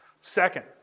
Second